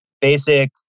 basic